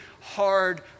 hard